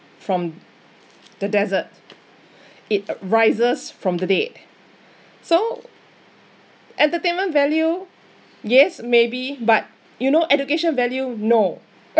from the desert it rises from the dead so entertainment value yes maybe but you know education value know